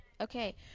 Okay